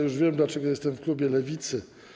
Już wiem, dlaczego jestem w klubie Lewicy.